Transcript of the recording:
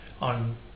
on